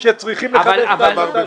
גפני.